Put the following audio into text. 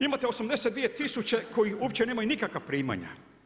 Imate 82 tisuće koji uopće nemaju nikakva primanja.